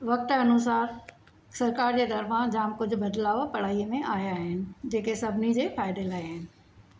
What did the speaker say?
वक़्ति अनुसार सरकारि जे तरफ़ां जाम कुझु बदलाव पढ़ाईअ में आया आहिनि जेके सभिनी जे फ़ाइदे लाइ आहिनि